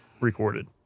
recorded